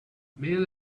male